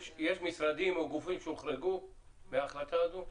יש משרדים או גופים שהוחרגו מההחלטה הזו?